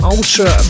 Ultra